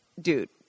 dude